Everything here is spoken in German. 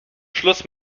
schluss